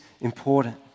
important